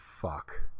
fuck